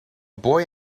boy